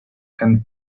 and